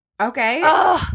Okay